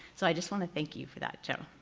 so i just want to thank you for that joe.